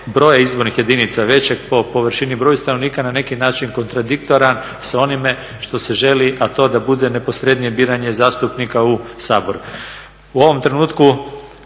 broja izbornih jedinica većeg po površini i broju stanovnika na neki način kontradiktoran sa onime što se želi, a to da bude neposrednije biranje zastupnika u Sabor. U ovom trenutku,